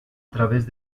través